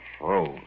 froze